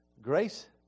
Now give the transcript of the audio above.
Grace